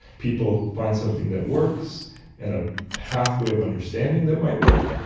people find something that works and a pathway of understanding that might work,